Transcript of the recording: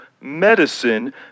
medicine